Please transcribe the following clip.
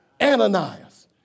Ananias